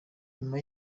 nyuma